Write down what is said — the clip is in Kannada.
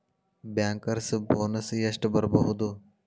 ಬ್ಯಾಂಕರ್ಸ್ ಬೊನಸ್ ಎಷ್ಟ್ ಬರ್ಬಹುದು?